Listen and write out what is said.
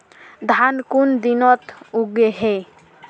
धान कुन दिनोत उगैहे